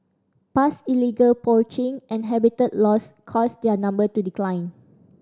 past illegal poaching and habitat loss caused their number to decline